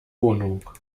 wohnung